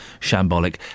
shambolic